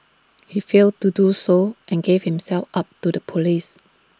he failed to do so and gave himself up to the Police